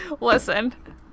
Listen